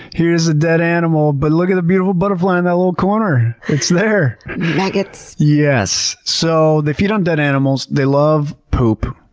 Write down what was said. here's a dead animal, but look at the beautiful butterfly in that little corner! it's there! and maggots. yes. so, they feed on dead animals. they love poop.